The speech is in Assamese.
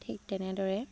ঠিক তেনেদৰে